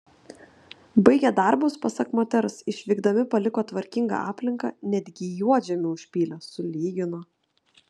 baigę darbus pasak moters išvykdami paliko tvarkingą aplinką netgi juodžemį užpylė sulygino